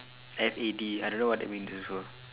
F A D I don't know what that mean also